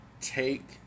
take